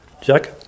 Jack